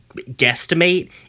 guesstimate